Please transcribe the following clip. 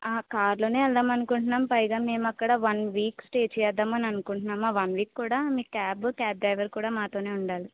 ఆ కార్లో వెళ్దాం అనుకుంటున్నాము పైగ మేము అక్కడ వన్ వీక్ స్టే చేద్దాం అని అనుకుంటున్నాము ఆ వన్ వీక్ కూడా మీ క్యాబ్ క్యాబ్ డ్రైవర్ కూడా మాతో ఉండాలి